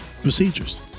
Procedures